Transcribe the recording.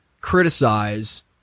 criticize